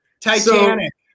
Titanic